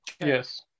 Yes